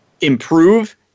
Improve